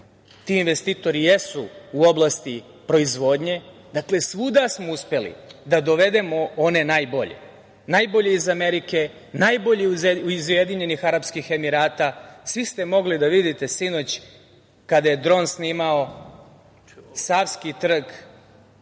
ti investitori jesu u oblasti proizvodnje. Dakle, svuda smo uspeli da dovedemo one najbolje - najbolje iz Amerike, najbolje iz Ujedinjenih Arapskih Emirata. Svi ste mogli da vidite sinoć kada je dron snimao Savski trg,